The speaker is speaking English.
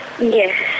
Yes